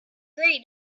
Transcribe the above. read